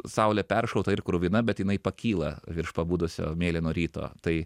saulė peršauta ir kruvina bet jinai pakyla virš pabudusio mėlyno ryto tai